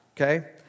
okay